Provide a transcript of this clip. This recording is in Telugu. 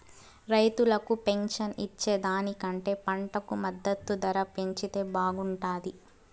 రైతులకు పెన్షన్ ఇచ్చే దానికంటే పంటకు మద్దతు ధర పెంచితే బాగుంటాది